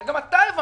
הרי גם אתה הבנת,